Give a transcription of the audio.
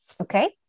Okay